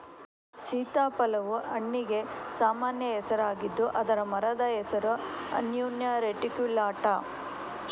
ಸೀತಾಫಲವು ಹಣ್ಣಿಗೆ ಸಾಮಾನ್ಯ ಹೆಸರಾಗಿದ್ದು ಅದರ ಮರದ ಹೆಸರು ಅನ್ನೊನಾ ರೆಟಿಕ್ಯುಲಾಟಾ